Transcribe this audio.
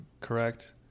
correct